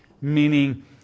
Meaning